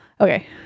okay